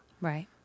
Right